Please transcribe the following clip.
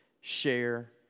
share